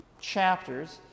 chapters